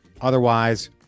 Otherwise